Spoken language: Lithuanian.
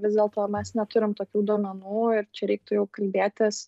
vis dėl to mes neturim tokių duomenų ir čia reiktų jau kalbėtis